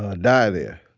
ah die there.